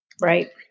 right